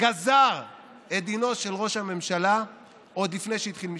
גזר את דינו של ראש הממשלה עוד לפני שהתחיל משפט,